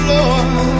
Lord